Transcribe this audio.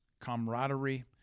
camaraderie